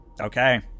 Okay